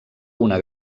una